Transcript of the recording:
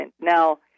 Now